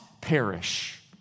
perish